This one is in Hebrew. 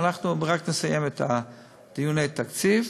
אנחנו רק נסיים את דיוני התקציב,